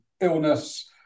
illness